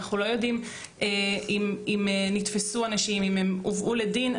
אנחנו לא יודעים אם נתפסו אנשים או אם הם הובאו לדין.